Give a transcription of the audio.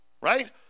right